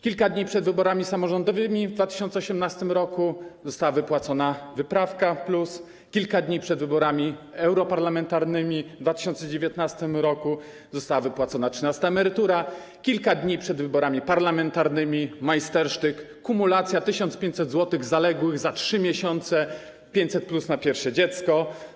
Kilka dni przed wyborami samorządowymi w 2018 r. została wypłacona wyprawka+, kilka dni przed wyborami europarlamentarnymi w 2019 r. została wypłacona trzynasta emerytura, kilka dni przed wyborami parlamentarnymi - majstersztyk, kumulacja, 1500 zł zaległych za 3 miesiące 500+ na pierwsze dziecko.